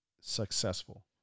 successful